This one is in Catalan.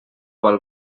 vol